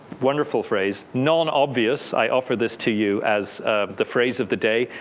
wonderful phrase, non-obvious. i offer this to you as the phrase of the day.